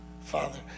Father